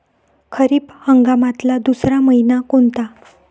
खरीप हंगामातला दुसरा मइना कोनता?